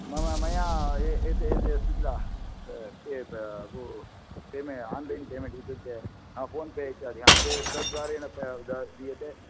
मम मया एते एते अस्ति किल पे फो पेमेण्ट् आन्लैन् पेमेण्ट् इत्युक्ते फोन् पे इत्यादिकं ते तद्वारेण दीयते